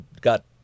got